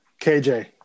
KJ